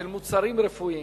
של מוצרים רפואיים,